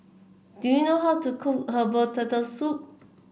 do you know how to cook Herbal Turtle Soup